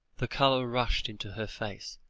the colour rushed into her face,